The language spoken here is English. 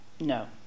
No